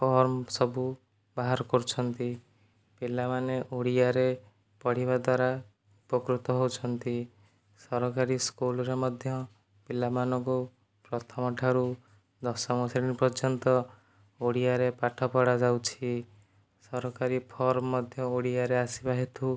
form ସବୁ ବାହାର କରୁଛନ୍ତି ପିଲାମାନେ ଓଡ଼ିଆରେ ପଢ଼ିବା ଦ୍ୱାରା ଉପକୃତ ହଉଛନ୍ତି ସରକାରୀ ସ୍କୁଲରେ ମଧ୍ୟ ପିଲାମାନଙ୍କୁ ପ୍ରଥମ ଠାରୁ ଦଶମ ଶ୍ରେଣୀ ପର୍ଯ୍ୟନ୍ତ ଓଡ଼ିଆରେ ପାଠ ପଢ଼ା ଯାଉଛି ସରକାରୀ ଫର୍ମ ମଧ୍ୟ ଓଡ଼ିଆରେ ଆସିବା ହେତୁ